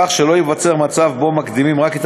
כך שלא ייווצר מצב שבו מקדמים רק את